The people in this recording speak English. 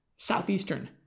Southeastern